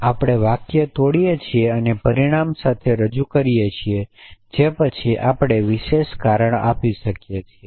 આપણે વાક્ય તોડીએ છીએ અને પરિણામ સાથે રજૂ કરીએ છીએ જે પછી આપણે વિશેષ કારણ આપી શકીએ છીએ